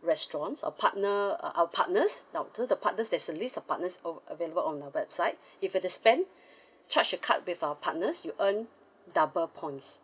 restaurants our partner uh our partners uh the partners there's a list of partners of available on the website if were to spend charge the card with our partners you earn double points